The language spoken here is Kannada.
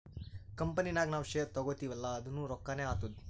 ಕಂಪನಿ ನಾಗ್ ನಾವ್ ಶೇರ್ ತಗೋತಿವ್ ಅಲ್ಲಾ ಅದುನೂ ರೊಕ್ಕಾನೆ ಆತ್ತುದ್